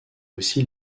aussi